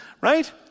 Right